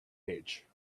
age